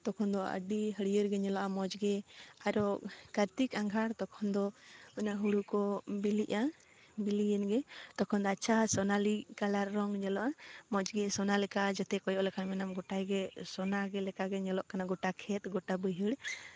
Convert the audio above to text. ᱛᱚᱠᱷᱚᱱ ᱫᱚ ᱟᱹᱰᱤ ᱦᱟᱹᱨᱭᱟᱹᱲᱜᱮ ᱧᱮᱞᱚᱜᱼᱟ ᱢᱚᱡᱽ ᱜᱮ ᱟᱨ ᱠᱟᱨᱛᱤᱠ ᱟᱸᱜᱷᱟᱲ ᱛᱚᱠᱷᱚᱱ ᱫᱚ ᱚᱱᱟ ᱦᱩᱲᱩ ᱠᱚ ᱵᱤᱞᱤᱜᱼᱟ ᱵᱤᱞᱤᱭᱮᱱ ᱜᱮ ᱛᱚᱠᱷᱚᱱ ᱫᱚ ᱟᱪᱪᱷᱟ ᱥᱚᱱᱟᱞᱤ ᱠᱟᱞᱟᱨ ᱨᱚᱝ ᱧᱮᱞᱚᱜᱟ ᱢᱚᱡᱽᱜᱮ ᱥᱚᱱᱟ ᱞᱮᱠᱟ ᱡᱚᱛᱚ ᱠᱚᱭᱚᱜ ᱞᱮᱠᱷᱟᱱ ᱢᱮᱱᱟᱢ ᱜᱳᱴᱟᱭ ᱜᱮ ᱥᱳᱱᱟ ᱞᱮᱠᱟᱜᱮ ᱧᱮᱞᱚᱜ ᱠᱟᱱᱟ ᱜᱳᱴᱟ ᱦᱮ ᱜᱚᱴᱟ ᱵᱟᱹᱭᱦᱟᱹᱲ